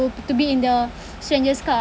to be in the stranger's car